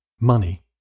money